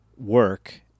Work